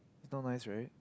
it's not nice right